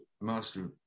Master